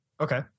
Okay